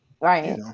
right